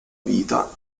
vita